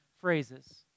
phrases